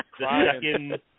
second